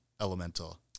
elemental